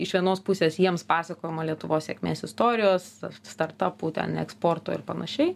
iš vienos pusės jiems pasakojama lietuvos sėkmės istorijos startapų ten eksporto ir panašiai